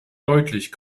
deutlich